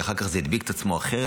כי אחר כך זה הדביק את עצמו אחרת.